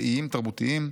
לאיים תרבותיים,